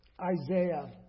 Isaiah